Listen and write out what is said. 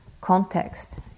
context